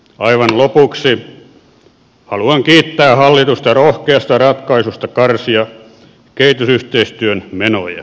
aivan lopuksi haluan kiittää hallitusta rohkeasta ratkaisusta karsia kehitysyhteistyön menoja